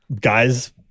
guys